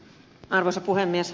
arvoisa puhemies